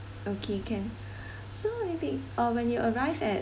okay can so maybe uh when you arrive at